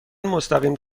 مستقیم